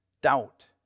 doubt